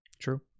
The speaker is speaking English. true